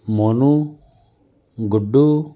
Monu Guddu